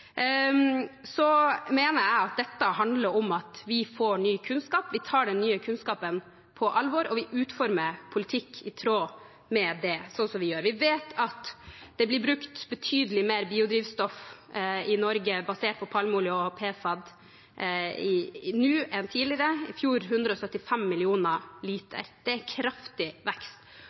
Jeg mener at dette handler om at vi får ny kunnskap, vi tar den nye kunnskapen på alvor, og vi utformer politikk i tråd med det, som vi gjør. Vi vet at det blir brukt betydelig mer biodrivstoff i Norge basert på palmeolje og PFAD nå enn tidligere – i fjor 175 millioner liter. Det er en kraftig vekst.